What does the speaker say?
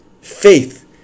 faith